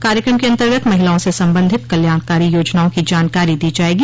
कायक्रम के अन्तर्गत महिलाओं से संबंधित कल्याणकारी योजनाओं की जानकारी दी जायेगी